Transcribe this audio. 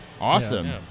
Awesome